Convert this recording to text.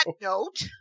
note